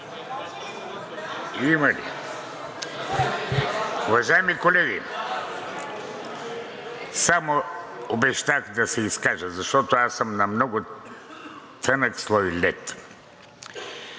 Уважаеми колеги, само обещах да се изкажа, защото аз съм на много тънък слой лед.